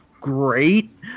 great